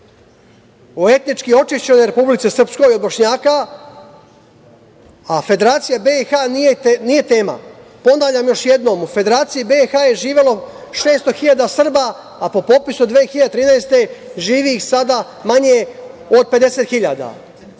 o etnički očišćenoj Republici Srpskoj od Bošnjaka, a Federacija BiH nije tema. Ponavljam još jednom u Federaciji BiH je živelo 600 hiljada Srba, a po popisu od 2013. godine živi ih sada manje od 50.000.